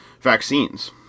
vaccines